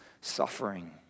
suffering